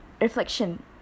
Reflection